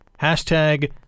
hashtag